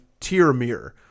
Tiramir